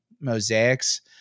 mosaics